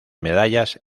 medallas